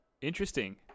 Interesting